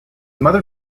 mother